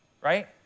right